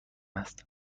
است